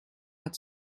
had